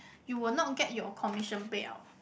you will not get your commission payout